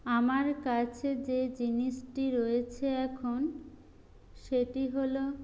আমার কাছে যে জিনিসটি রয়েছে এখন সেটি হল